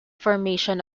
formation